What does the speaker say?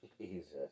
Jesus